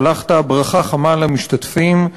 שלחת ברכה חמה למשתתפים,